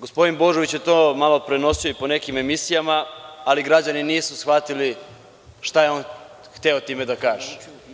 gospodin Božović je to malo prenosio i po nekim emisijama, ali građani nisu shvatili šta je on hteo time da kaže.